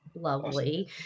lovely